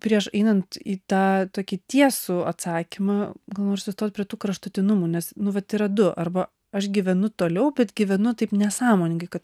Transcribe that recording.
prieš einant į tą tokį tiesų atsakymą gal noriu sustoti prie tų kraštutinumų nes nu vat yra du arba aš gyvenu toliau bet gyvenu taip nesąmoningai kad